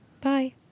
Bye